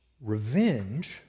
Revenge